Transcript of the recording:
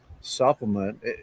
supplement